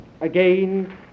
again